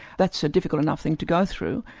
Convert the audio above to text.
that's a difficult enough thing to go through.